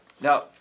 Now